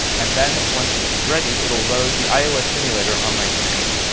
and then, once it's ready, it'll load the ios simulator on my command.